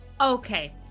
okay